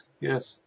Yes